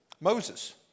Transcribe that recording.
Moses